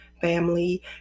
family